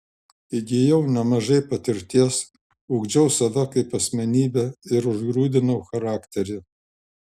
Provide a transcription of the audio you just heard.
įgijau nemažai patirties ugdžiau save kaip asmenybę ir užgrūdinau charakterį